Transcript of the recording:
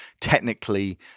technically